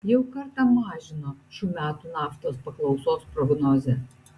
jau kartą mažino šių metų naftos paklausos prognozę